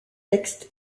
texte